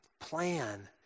plan